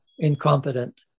incompetent